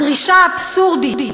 הדרישה האבסורדית,